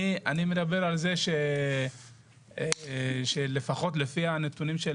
אני מדבר על זה שלפחות לפי נתוני המדינה,